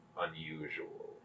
unusual